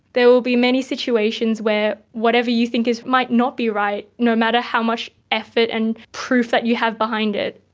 there will be many situations where whatever you think is might not be right, no matter how much effort and proof that you have behind it.